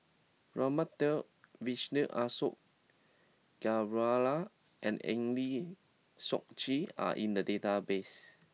Raman Daud Vijesh Ashok Ghariwala and Eng Lee Seok Chee are in the database